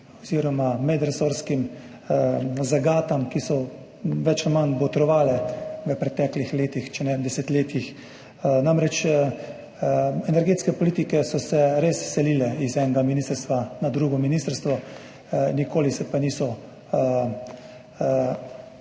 oziroma medresorskim zagatam, ki so botrovale več ali manj v preteklih letih, če ne desetletjih. Namreč, energetske politike so se res selile iz enega ministrstva na drugo ministrstvo, nikoli se pa niso na